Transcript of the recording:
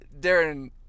Darren